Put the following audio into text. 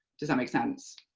does that make sense?